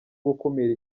gukumira